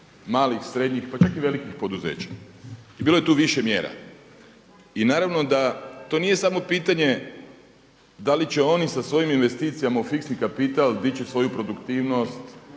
malih, srednjih pa čak i velikih poduzeća i bilo je tu više mjera. I naravno da to nije samo pitanje da li će oni sa svojim investicijama u fiksni kapital dići svoju produktivnost,